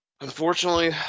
unfortunately